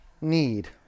need